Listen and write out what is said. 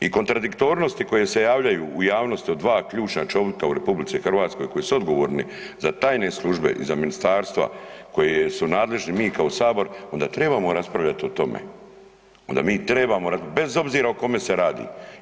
I kontradiktornosti koje se javljaju u javnosti od dva ključna čovika u RH koji su odgovorni za tajne službe i za ministarstva koje su nadležni mi kao sabor onda trebamo raspravljat o tome, onda mi trebamo raspravljat bez obzira o kome se radi.